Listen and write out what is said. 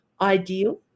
ideal